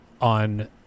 on